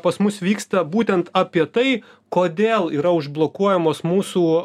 pas mus vyksta būtent apie tai kodėl yra užblokuojamos mūsų